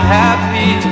happy